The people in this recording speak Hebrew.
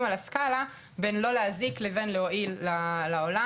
על הסקלה בין לא להזיק לבין להועיל לעולם,